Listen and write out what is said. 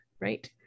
right